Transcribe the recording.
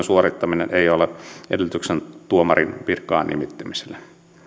suorittaminen ei ole edellytyksenä tuomarin virkaan nimittämiselle